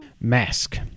mask